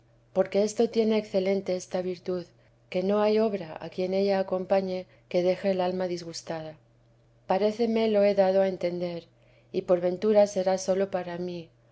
porque esto tiene excelente esta virtud que no hay obra a quien ella acompañe que deje el alma disgustada paréceme lo he dado á entender y por ventura será sólo para mí